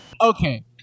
Okay